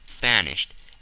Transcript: vanished